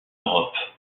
europe